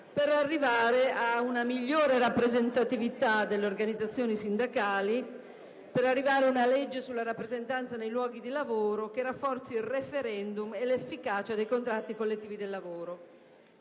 di arrivare ad una migliore rappresentatività delle organizzazioni sindacali e ad una normativa sulla rappresentanza nei luoghi di lavoro che rafforzi il *referendum* e l'efficacia dei contratti collettivi di lavoro.